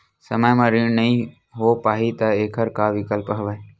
समय म ऋण नइ हो पाहि त एखर का विकल्प हवय?